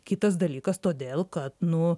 kitas dalykas todėl kad nu